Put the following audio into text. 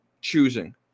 choosing